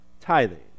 tithing